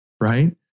right